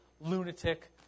lunatic